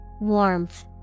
Warmth